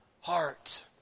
heart